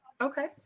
Okay